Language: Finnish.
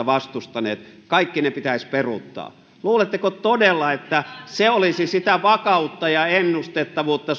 vastustaneet pitäisi peruuttaa luuletteko todella että se olisi suomen taloudessa sitä vakautta ja ennustettavuutta